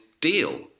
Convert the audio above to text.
deal